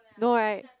no right